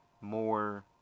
more